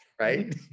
right